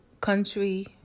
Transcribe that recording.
Country